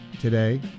today